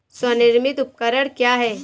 स्वनिर्मित उपकरण क्या है?